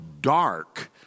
dark